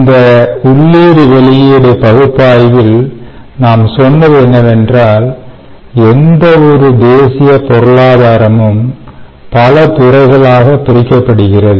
இந்த உள்ளீடு வெளியீடு பகுப்பாய்வில் நாம் சொன்னது என்னவென்றால் எந்தவொரு தேசிய பொருளாதாரமும் பல துறைகளாக பிரிக்கப்படுகிறது